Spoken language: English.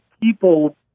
people